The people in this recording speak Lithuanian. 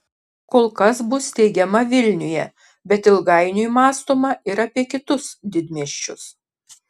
kol kas bus steigiama vilniuje bet ilgainiui mąstoma ir apie kitus didmiesčius